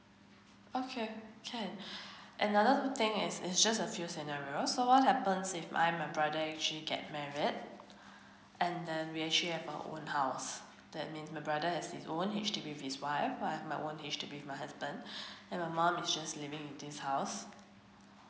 okay can uh another thing as is just a few scenario so what happens if I and my brother actually get married and then we actually have our own house that means my brother has his own H_D_B with his wife I have my own H_D_B with my husband and my mum is just leaving this house